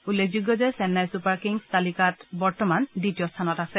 উল্লেখযোগ্য যে Chennai Super Kings তালিকাত বৰ্তমান দ্বিতীয় স্থানত আছে